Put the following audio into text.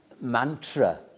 mantra